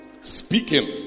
speaking